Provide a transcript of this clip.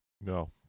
No